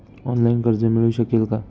Online कर्ज मिळू शकेल का?